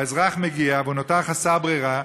האזרח מגיע ונותר חסר ברירה,